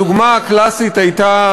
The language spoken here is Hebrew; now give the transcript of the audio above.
הדוגמה הקלאסית הייתה